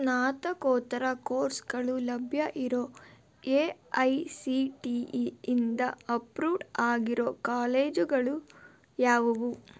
ಸ್ನಾತಕೋತ್ತರ ಕೋರ್ಸ್ಗಳು ಲಭ್ಯ ಇರೋ A I C T E ಇಂದ ಅಪ್ರೂವ್ಡ್ ಆಗಿರೋ ಕಾಲೇಜುಗಳು ಯಾವುವು